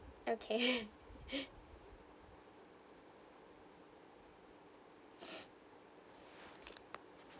okay